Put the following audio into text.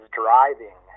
driving